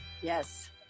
Yes